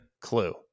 clue